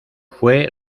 fue